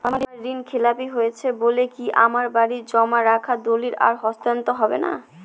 আমার ঋণ খেলাপি হয়েছে বলে কি আমার বাড়ির জমা রাখা দলিল আর হস্তান্তর করা হবে না?